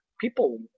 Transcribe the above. People